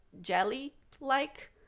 jelly-like